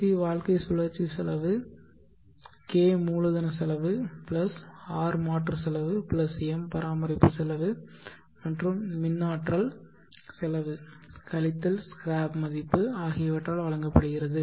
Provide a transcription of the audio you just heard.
C வாழ்க்கை சுழற்சி செலவு K மூலதன செலவு plus R மாற்று செலவு plus M பராமரிப்பு செலவு மற்றும் மின் ஆற்றல் செலவு கழித்தல் ஸ்கிராப் மதிப்பு ஆகியவற்றால் வழங்கப்படுகிறது